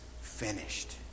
finished